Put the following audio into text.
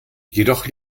jedoch